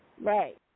Right